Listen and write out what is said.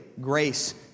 grace